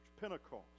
Pentecost